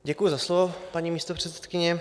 Děkuji za slovo, paní místopředsedkyně.